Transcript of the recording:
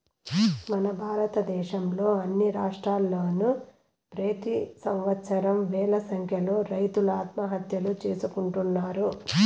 మన భారతదేశంలో అన్ని రాష్ట్రాల్లోనూ ప్రెతి సంవత్సరం వేల సంఖ్యలో రైతులు ఆత్మహత్యలు చేసుకుంటున్నారు